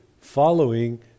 following